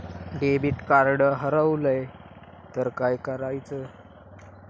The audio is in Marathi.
डेबिट कार्ड हरवल तर काय करायच?